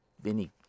Vinny